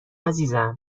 عزیزم